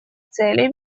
цели